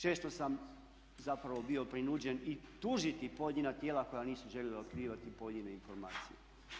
Često sam zapravo bio prinuđen i tužiti pojedina tijela koja nisu željela otkrivati pojedine informacije.